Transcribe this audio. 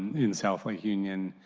in south lake union,